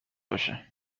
باشه